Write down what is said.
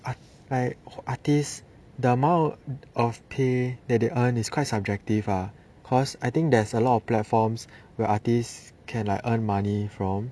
like artist the amount of pay that they earn is quite subjective ah cause I think there's a lot of platforms where artists can like earn money from